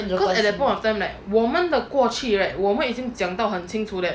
as 一个朋友